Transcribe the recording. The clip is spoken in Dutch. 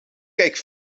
kijk